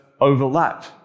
overlap